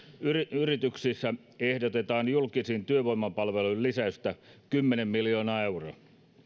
yrityksissä ehdotetaan julkisiin työvoimapalveluihin lisäystä kymmenen miljoonaa euroa